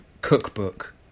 cookbook